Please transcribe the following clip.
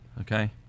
okay